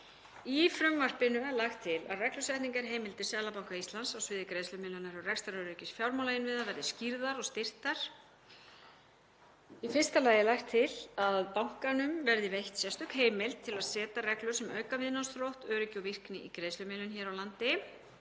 Í frumvarpinu er lagt til að reglusetningarheimildir Seðlabanka Íslands á sviði greiðslumiðlunar og rekstraröryggis fjármálainnviða verði skýrðar og styrktar. Í fyrsta lagi er lagt til að bankanum verði veitt sérstök heimild til að setja reglur sem auka viðnámsþrótt, öryggi og virkni í greiðslumiðlun hér á landi.